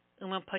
Uma